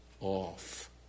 off